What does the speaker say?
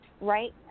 right